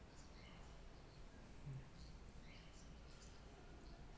hmm